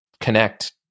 connect